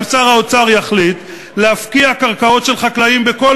אם שר האוצר יחליט להפקיע קרקעות של חקלאים בכל